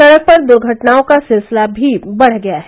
सड़क पर दुर्घटनाओं का सिलसिला भी बढ़ गया है